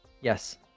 yes